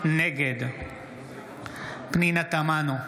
נגד פנינה תמנו,